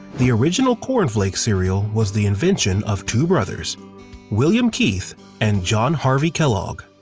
the original corn flakes cereal was the invention of two brothers william keith and john harvey kellogg.